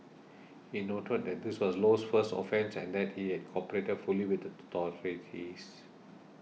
he noted that this was Low's first offence and that he had cooperated fully with the authorities